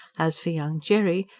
as for young jerry,